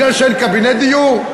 כי אין קבינט דיור?